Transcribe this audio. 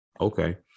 okay